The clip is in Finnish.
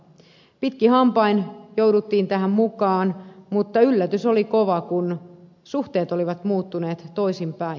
pitkin hampain jouduttiin tähän mukaan mutta yllätys oli kova kun suhteet olivat muuttuneet toisinpäin